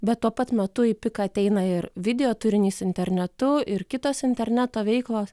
bet tuo pat metu į piką ateina ir video turinys internetu ir kitos interneto veiklos